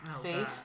See